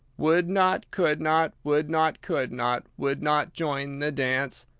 would not, could not, would not, could not, would not join the dance.